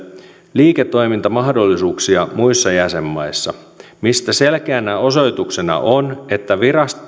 liiketoimintamahdollisuuksia muissa jäsenmaissa mistä selkeänä osoituksena on että